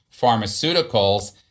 pharmaceuticals